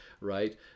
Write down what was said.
right